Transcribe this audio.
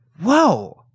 Whoa